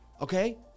Okay